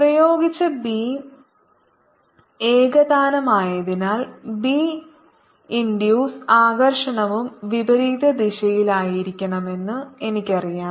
പ്രയോഗിച്ച ബി ഏകതാനമായതിനാൽ B induce ആകർഷണവും വിപരീത ദിശയിലുമായിരിക്കണമെന്ന് എനിക്കറിയാം